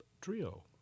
trio